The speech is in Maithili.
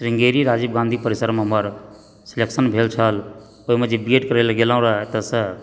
श्रृंगेरि राजीव गांधी परिसरमे हमर सिलेक्शन भेल छल ओहिमे जे बी एड करए लऽ गेलहुँ रऽ एतऐसंँ